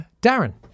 darren